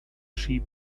sheep